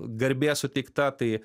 garbė suteikta tai